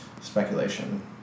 speculation